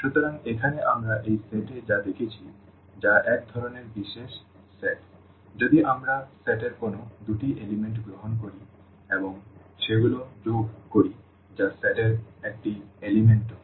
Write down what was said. সুতরাং এখানে আমরা এই সেট এ যা দেখেছি যা এক ধরণের বিশেষ সেট যদি আমরা সেট এর কোনও দুটি উপাদান গ্রহণ করি এবং সেগুলি যোগ করি যা সেট এর একটি উপাদান ও